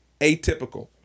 Atypical